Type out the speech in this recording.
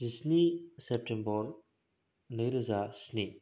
जिस्नि सेप्तेम्बर नै रोजा स्नि